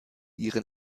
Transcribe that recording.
ihren